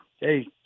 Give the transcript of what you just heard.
Hey